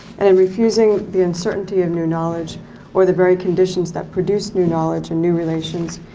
and then refusing the uncertainty of new knowledge or the very conditions that produce new knowledge and new relations,